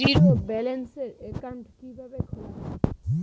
Zero balance account কিভাবে খোলা হয়?